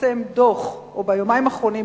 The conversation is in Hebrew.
או ביומיים האחרונים,